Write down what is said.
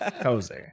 Cozy